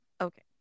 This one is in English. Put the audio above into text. okay